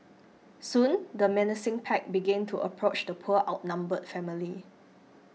soon the menacing pack began to approach the poor outnumbered family